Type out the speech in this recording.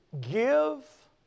give